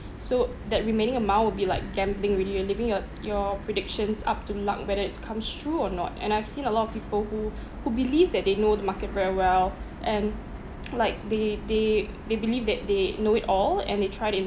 so that remaining amount will be like gambling already you're leaving your your predictions up to luck whether it comes through or not and I've seen a lot of people who who believe that they know the market very well and like they they they believe that they know it all and they tried even